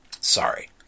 Sorry